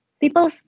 people